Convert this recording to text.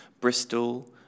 Bristol